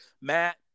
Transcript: Matt